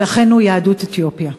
של אחינו מיהדות אתיופיה.